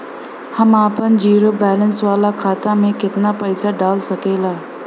हम आपन zero balance वाला खाता मे केतना पईसा डाल सकेला?